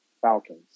Falcons